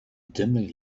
dimly